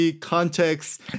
context